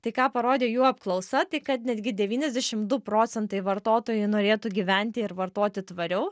tai ką parodė jų apklausa tai kad netgi devyniasdešim du procentai vartotojų norėtų gyventi ir vartoti tvariau